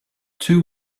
two